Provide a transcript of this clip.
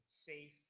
safe